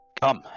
Come